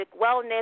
wellness